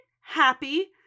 happy